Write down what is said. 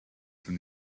from